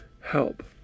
help